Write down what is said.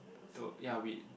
to ya we